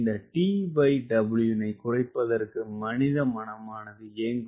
இந்த TW னை குறைப்பதற்கு மனித மனமானது ஏங்கும்